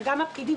וגם הפקידים,